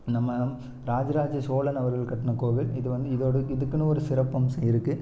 நம்ம ராஜராஜசோழன் அவர்கள் கட்டின கோவில் இது வந்து இதோட இதுக்குன்னு ஒரு சிறப்பம்சம் இருக்கு